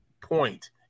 point